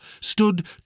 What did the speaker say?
stood